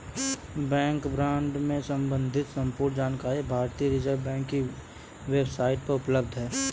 bank fraud से सम्बंधित संपूर्ण जानकारी भारतीय रिज़र्व बैंक की वेब साईट पर उपलब्ध है